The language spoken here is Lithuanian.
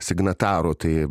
signatarų tai